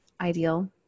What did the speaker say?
ideal